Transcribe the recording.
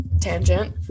tangent